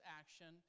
action